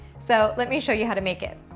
so, let me show you how to make it.